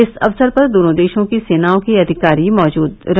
इस अवसर पर दोनों देशों की सेनाओं के अधिकारी मौजूद रहे